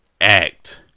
act